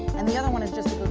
and the other one is just